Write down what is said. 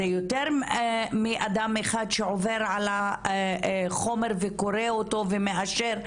זה יותר מאדם אחד שעובר על החומר וקורא אותו ומאשר,